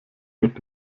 mit